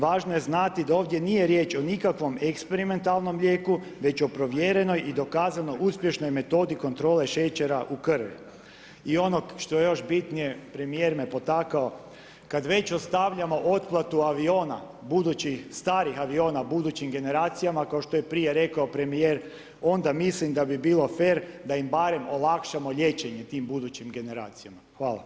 Važno je znati da ovdje nije riječ o nikakvom eksperimentalnom lijeku već o provjerenoj i dokazano uspješnoj metodi kontrole šećera u krvi i onog što je još bitnije premijer me potakao kad već ostavljamo otplatu aviona budućih starih aviona budućim generacijama kao što je prije rekao premijer onda mislim da bi bilo fer da im barem olakšamo liječenje tim budućim generacijama.